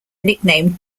nickname